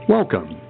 Welcome